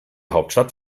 hauptstadt